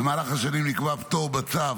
במהלך השנים נקבע פטור בצו